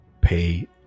pay